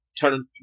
turn